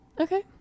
Okay